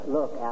Look